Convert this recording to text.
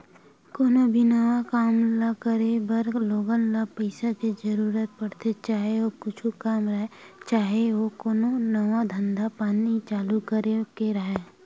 कोनो भी नवा काम ल करे बर लोगन ल पइसा के जरुरत पड़थे, चाहे ओ कुछु काम राहय, चाहे ओ कोनो नवा धंधा पानी चालू करे के राहय